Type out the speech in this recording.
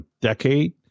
decade